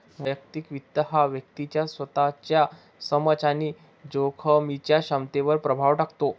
वैयक्तिक वित्त हा व्यक्तीच्या स्वतःच्या समज आणि जोखमीच्या क्षमतेवर प्रभाव टाकतो